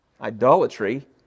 idolatry